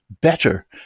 better